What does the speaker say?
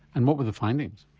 and what were the findings?